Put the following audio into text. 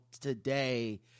today